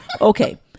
okay